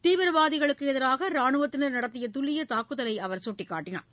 தீவிரவாதிகளுக்கு எதிராக ராணுவத்தினா் நடத்திய துல்லிய தாக்குதலை அவர் சுட்டிக்காட்டினார்